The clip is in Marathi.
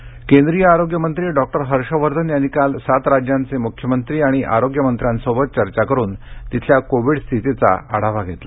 हर्षवर्धन केंद्रीय आरोग्य मंत्री डॉक्टर हर्षवर्धन यांनी काल सात राज्यांचे मुख्यमंत्री आणि आरोग्यमंत्र्यांशी चर्चा करुन तिथल्या कोविड स्थितीचा आढावा घेतला